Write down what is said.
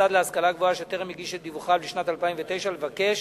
למוסד להשכלה גבוהה שטרם הגיש את דיווחיו לשנת 2009 לבקש